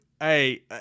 hey